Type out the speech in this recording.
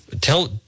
Tell